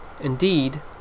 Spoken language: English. Indeed